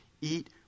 eat